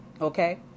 okay